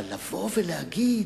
אבל לבוא ולהגיד: